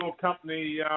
company